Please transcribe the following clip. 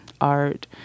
art